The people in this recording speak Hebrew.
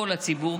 כל הציבור,